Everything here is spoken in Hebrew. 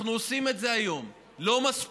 אנחנו עושים את זה היום, לא מספיק.